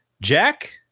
Jack